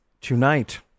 Tonight